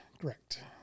correct